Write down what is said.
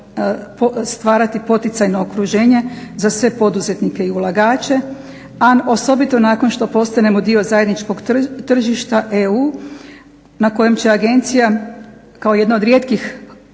stvarati poticajno okruženje za sve poduzetnike i ulagače, a osobito nakon što postanemo dio zajedničkog tržišta EU na kojem će agencija kao jedna od rijetkih